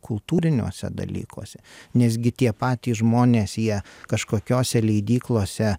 kultūriniuose dalykuose nesgi tie patys žmonės jie kažkokiose leidyklose